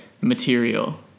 material